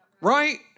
right